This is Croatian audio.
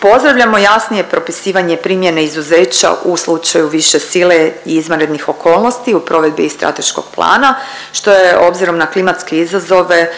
Pozdravljamo jasnije propisivanje primjene izuzeća u slučaju više sile i izvanrednih okolnosti u provedbi i strateškog plana što je obzirom na klimatske izazove